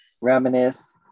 reminisce